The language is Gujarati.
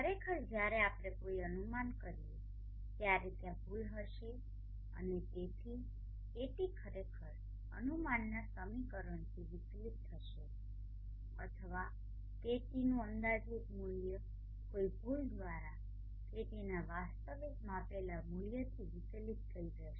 ખરેખર જ્યારે આપણે કોઈ અનુમાન કરીએ ત્યારે ત્યાં ભૂલ હશે અને તેથી KT ખરેખર અનુમાનના સમીકરણથી વિચલિત થશે અથવા KTનુ અંદાજિત મૂલ્ય કોઈ ભૂલ દ્વારા KTના વાસ્તવિક માપેલા મૂલ્યથી વિચલિત થઈ જશે